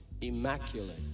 immaculate